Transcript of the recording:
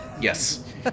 yes